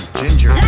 ginger